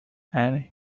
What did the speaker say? and